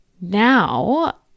Now